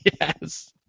Yes